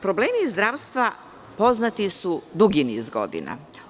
Problemi zdravstva poznati su dugi niz godina.